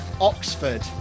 Oxford